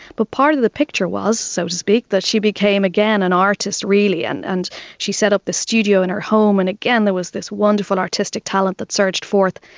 but part of the picture was, so to speak, that she became again an artist really and and she set up this studio in her home. and again, there was this wonderful artistic talent that surged forth.